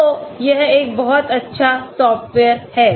तो यह एक बहुत अच्छा सॉफ्टवेयर है